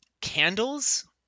candles